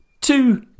two